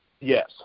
Yes